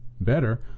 Better